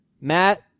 Matt